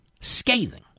Scathing